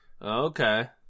Okay